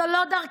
זו לא דרכנו,